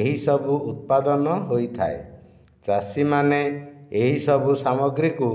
ଏହିସବୁ ଉତ୍ପାଦନ ହୋଇଥାଏ ଚାଷୀ ମାନେ ଏହିସବୁ ସାମଗ୍ରୀ କୁ